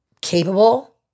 capable